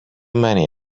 many